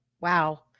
Wow